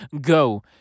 go